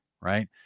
right